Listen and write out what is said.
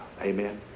Amen